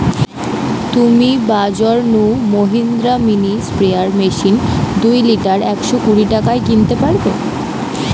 তুমি বাজর নু মহিন্দ্রা মিনি স্প্রেয়ার মেশিন দুই লিটার একশ কুড়ি টাকায় কিনতে পারবে